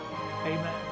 Amen